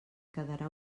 quedarà